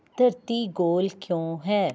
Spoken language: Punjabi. ਧਰਤੀ ਗੋਲ ਕਿਉਂ ਹੈ